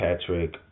Patrick